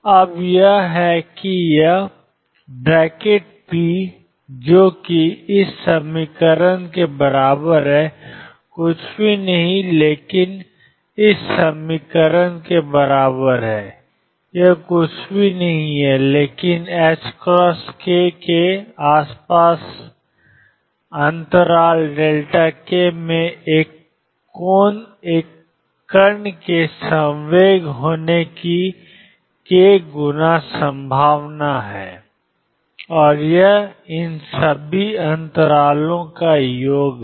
अब यह है कि यह ⟨p⟩ जो कि ∫xiddx ψx dx है कुछ भी नहीं है लेकिन ∫dk ℏk Ak2 यह कुछ भी नहीं है लेकिन ℏk के आसपास अंतराल k में एक कण के संवेग होने की k गुना संभावना है और यह इन सभी अंतरालों का योग है